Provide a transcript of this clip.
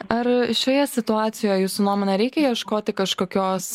ar šioje situacijo jūsų nuomone reikia ieškoti kažkokios